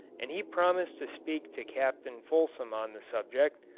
and he promised to speak to captain fulsom on the subject,